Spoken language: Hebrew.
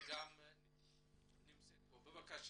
בבקשה,